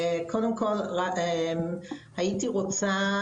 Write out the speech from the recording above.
קודם כל, הייתי רוצה